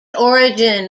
origin